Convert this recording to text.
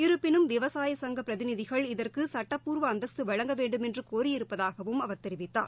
இருப்பினும் விவசாய சங்க பிரதிநிதிகள் இதற்கு சட்டப்பூர்வ அந்தஸ்து வழங்க வேண்டுமென்று கோரியிருப்பதாகவும் அவர் தொவித்தார்